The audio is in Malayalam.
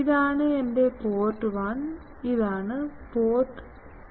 ഇതാണ് എന്റെ പോർട്ട് 1 ഇതാണ് പോർട്ട് 2